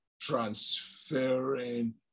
transferring